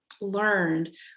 learned